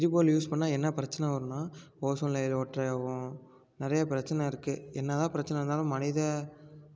எரிபொருள் யூஸ் பண்ணால் என்ன பிரச்சனை வரும்னால் ஓசோன் லேயரில் ஓட்டை ஆகும் நிறையா பிரச்சனை இருக்குது என்ன தான் பிரச்சனை இருந்தாலும் மனித